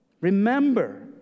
remember